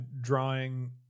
drawing